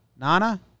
Nana